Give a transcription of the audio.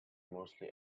mostly